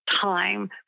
time